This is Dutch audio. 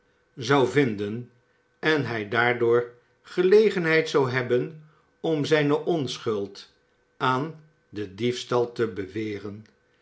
zou vinden en hij daardoor gelegenheid zou hebben om zijne onschuld aan den diefstal te beweren